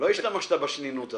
לא השתמשת בשנינות הזאת.